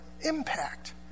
impact